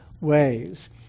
ways